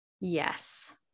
Yes